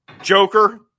Joker